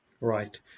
Right